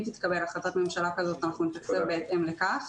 אם תתקבל החלטת ממשלה כזאת אנחנו נתקצב בהתאם לכך.